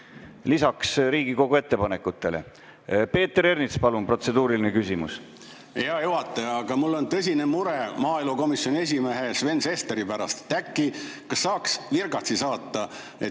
lisaks Riigikogu ettepanekutele. Peeter Ernits, palun, protseduuriline küsimus! Hea juhataja! Aga mul on tõsine mure maaelukomisjoni esimehe Sven Sesteri pärast. Äkki saaks virgatsi saata,